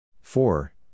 four